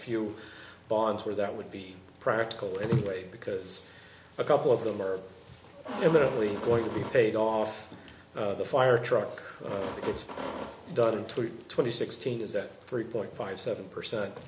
few bonds where that would be practical anyway because a couple of them are evidently going to be paid off the fire truck that's done to twenty sixteen is that three point five seven percent